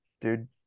Dude